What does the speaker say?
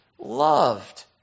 loved